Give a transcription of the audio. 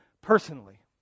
personally